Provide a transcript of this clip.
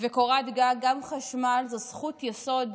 וקורת גג, גם חשמל זה זכות יסוד.